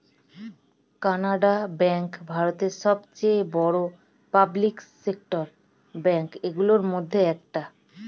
Canara bank ভারতের সবচেয়ে বড় পাবলিক সেক্টর ব্যাঙ্ক গুলোর মধ্যে একটা